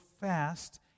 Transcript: fast